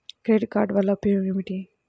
Credit card వల్ల ఉపయోగం ఏమిటీ?